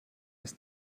ist